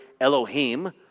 Elohim